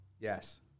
Yes